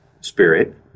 Spirit